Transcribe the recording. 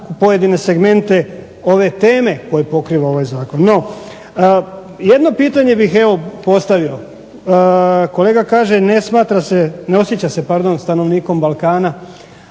pojedine segmente ove teme koju pokriva ovaj zakon. No, jedno pitanje bih evo postavio. Kolega kaže ne smatra se, ne osjeća